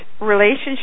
relationship